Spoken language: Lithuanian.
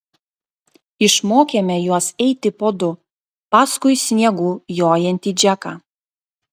išmokėme juos eiti po du paskui sniegu jojantį džeką